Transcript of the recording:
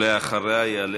אחריה יעלו